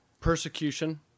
persecution